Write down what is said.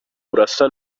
urasa